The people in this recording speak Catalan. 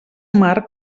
marc